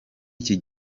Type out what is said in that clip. iki